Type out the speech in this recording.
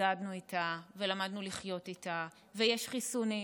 והתמודדנו איתה, ולמדנו לחיות איתה, ויש חיסונים,